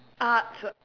arts what